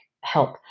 help